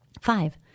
Five